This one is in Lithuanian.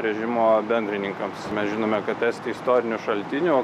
režimo bendrininkams mes žinome kad esti istorinių šaltinių